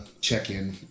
check-in